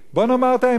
אנחנו יכולים לכתוב,